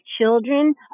children